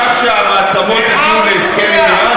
בכך שהמעצמות הגיעו להסכם עם איראן?